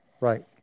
right